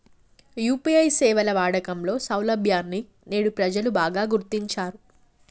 UPI సేవల వాడకంలో సౌలభ్యాన్ని నేడు ప్రజలు బాగా గుర్తించారు